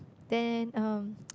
then um